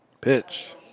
Pitch